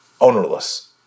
ownerless